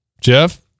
Jeff